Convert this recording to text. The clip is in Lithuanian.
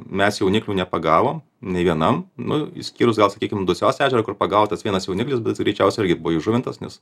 mes jauniklių nepagavom nė vienam nu išskyrus gal sakykim dusios ežerą kur pagautas vienas jauniklis bet greičiausiai irgi buvo įžuvintas nes